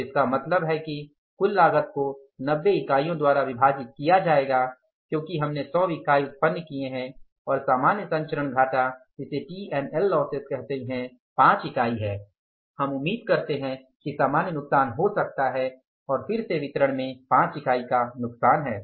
तो इसका मतलब है कि कुल लागत को 90 इकाइयों द्वारा विभाजित किया जाएगा क्योंकि हमने 100 इकाई उत्पन्न किए हैं और सामान्य संचरण घाटा T L losses 5 इकाई है हम उम्मीद करते हैं कि सामान्य नुकसान हो सकता है और फिर से वितरण में 5 इकाई का नुकसान हैं